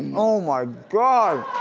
oh my god.